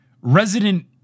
resident